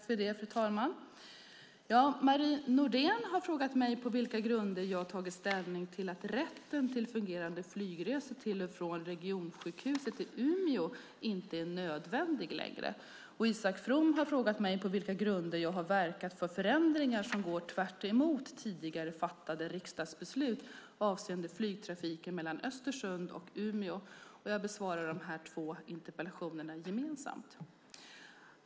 Fru talman! Marie Nordén har frågat mig på vilka grunder jag tagit ställning till att rätten till fungerande flygresor till och från regionsjukhuset i Umeå inte är nödvändig längre. Isak From har frågat mig på vilka grunder jag har verkat för förändringar som går tvärtemot tidigare fattade riksdagsbeslut avseende flygtrafiken mellan Östersund och Umeå. Jag besvarar de här två interpellationerna gemensamt.